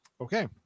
Okay